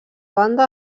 banda